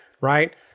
Right